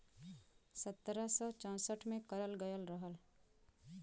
सत्रह सौ चौंसठ में करल गयल रहल